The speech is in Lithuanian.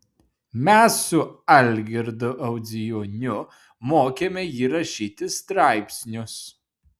mes su algirdu audzijoniu mokėme jį rašyti straipsnius